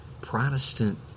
Protestant